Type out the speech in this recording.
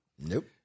Nope